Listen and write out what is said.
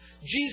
Jesus